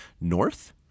north